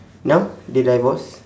now they divorce